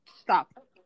stop